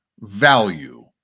value